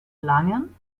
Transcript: langen